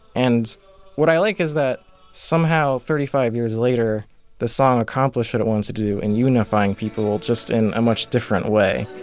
and what i like is that somehow thirty five years later the song accomplish it it wants to do and unifying people just in a much different way